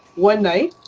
one night,